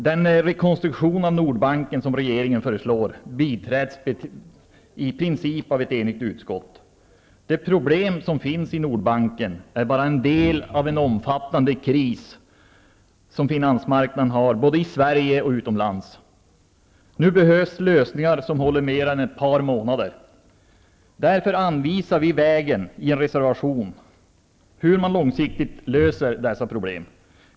Den rekonstruktion av Nordbanken som regeringen föreslår tillstyrks i princip av ett enigt utskott. De problem som finns i Nordbanken är bara en del av en omfattande kris som finansmarknaden har både i Sverige och utomlands. Nu behövs lösningar som håller mer än ett par månader. Därför anvisar vi i en reservation hur man långsiktigt skall lösa dessa problem.